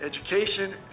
education